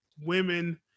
women